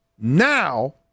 Now